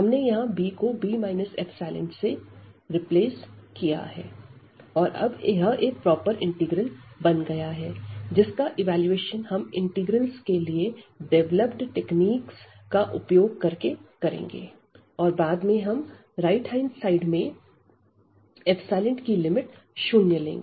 हमने यहां b को b ε से रिप्लेस किया है और अब यह एक प्रॉपर इंटीग्रल बन गया है जिसका इवैल्यूएशन हम इंटीग्रल्स के लिए डेवलप्ड टेक्निकस का उपयोग करके करेंगे और बाद में हम राइट साइड में की लिमिट शून्य लेंगे